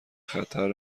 خطر